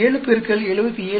4 93